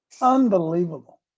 Unbelievable